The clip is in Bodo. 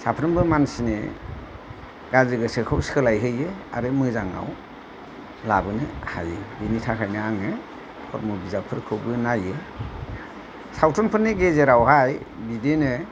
साफ्रोमबो मानसिनि गाज्रि गोसोखौ सोलाइ होयो आरो मोजाङाव लाबोनो हायो बिनि थाखायनो आङो धर्म बिजाबफोरखौबो नायो सावथुनफोरनि गेजेरावहाय बिदिनो